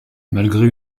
malgré